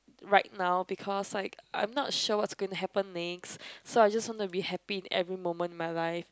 right now because like I'm not sure what's gonna happen next so I just want to be happy in every moment in my life